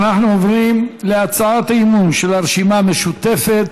אנחנו עוברים להצעות האי-אמון של הרשימה המשותפת,